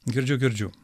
girdžiu girdžiu